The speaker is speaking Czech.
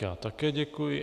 Já také děkuji.